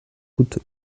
route